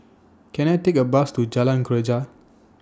Can I Take A Bus to Jalan Greja